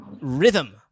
rhythm